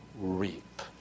reap